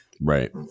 Right